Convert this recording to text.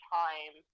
time